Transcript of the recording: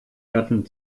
gatten